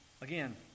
Again